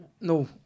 no